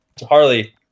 Harley